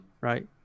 right